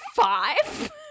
five